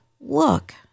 Look